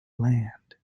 land